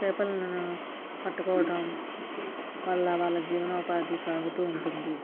చేపలను పట్టుకోవటం వల్ల వాళ్ల జీవనోపాధి సాగుతూ ఉంటుంది